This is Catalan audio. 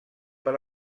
per